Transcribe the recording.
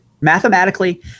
Mathematically